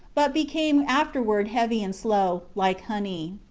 but became afterward heavy and slow, like honey.